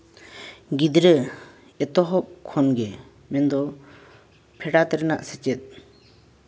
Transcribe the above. ᱜᱤᱫᱽᱨᱟᱹ ᱮᱛᱚᱦᱚᱵ ᱠᱷᱚᱱᱜᱮ ᱢᱮᱱᱫᱚ ᱯᱷᱮᱰᱟᱛ ᱨᱮᱱᱟᱜ ᱥᱮᱪᱮᱫ